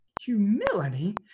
Humility